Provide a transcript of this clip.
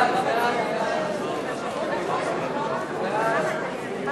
הצעת סיעות רע"ם-תע"ל חד"ש בל"ד להביע